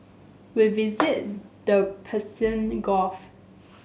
we visited the Persian Gulf